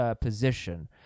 position